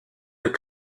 des